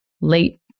late